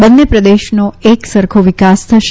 બંને પ્રદેશોનો એક સરખો વિકાસ થાશે